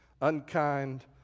unkind